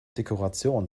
dekoration